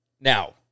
Now